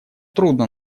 трудно